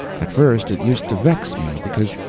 at first it used to vex me because,